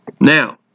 Now